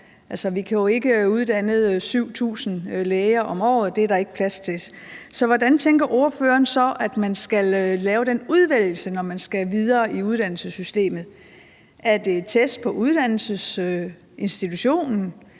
Vi kan jo ikke uddanne 7.000 læger om året; det er der ikke plads til. Så hvordan tænker ordføreren så at man skal lave den udvælgelse, når man skal videre i uddannelsessystemet? Er det test på uddannelsesinstitutionen?